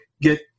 get